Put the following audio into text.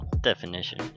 definition